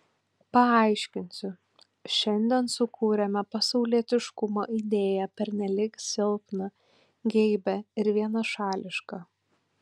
paaiškinsiu šiandien sukūrėme pasaulietiškumo idėją pernelyg silpną geibią ir vienašališką